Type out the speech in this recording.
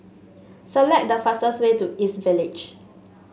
select the fastest way to East Village